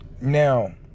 now